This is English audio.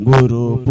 Guru